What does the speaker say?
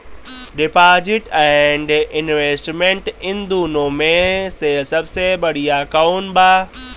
Deposit and investment इन दुनो मे से सबसे बड़िया कौन बा?